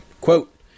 Quote